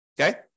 Okay